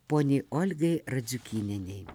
poniai olgai radziukynenei